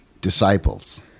Disciples